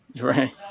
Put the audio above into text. Right